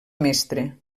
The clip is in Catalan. mestre